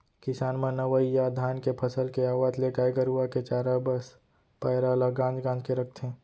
किसान मन अवइ या धान के फसल के आवत ले गाय गरूवा के चारा बस पैरा ल गांज गांज के रखथें